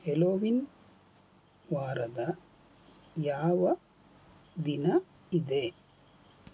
Halloween ವಾರದ ಯಾವ ದಿನ ಇದೆ